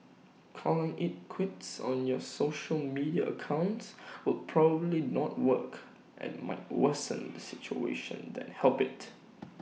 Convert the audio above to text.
calling IT quits on your social media accounts will probably not work and might worsen the situation than help IT